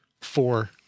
four